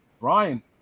Ryan